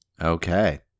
Okay